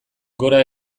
gora